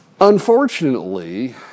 Unfortunately